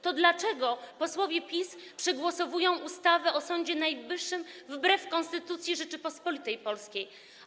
To dlaczego posłowie PiS przegłosowują ustawę o Sądzie Najwyższym wbrew Konstytucji Rzeczypospolitej Polskiej?